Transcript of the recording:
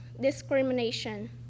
discrimination